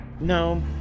No